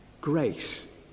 Grace